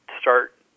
start